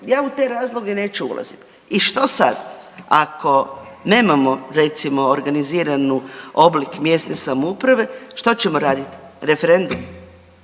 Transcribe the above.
ja u te razloge neću ulaziti. I što sad? Ako nemamo, recimo, organiziranu oblik mjesne samouprave, što ćemo raditi? Referendum?